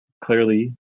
clearly